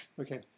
Okay